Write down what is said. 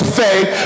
faith